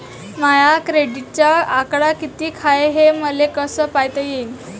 माया क्रेडिटचा आकडा कितीक हाय हे मले कस पायता येईन?